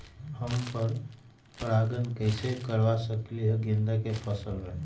हम पर पारगन कैसे करवा सकली ह गेंदा के फसल में?